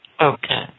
Okay